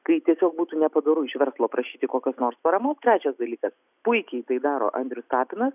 kai tiesiog būtų nepadoru iš verslo prašyti kokios nors paramos trečias dalykas puikiai tai daro andrius tapinas